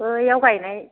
बैयाव गायनाय